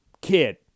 kid